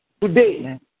Today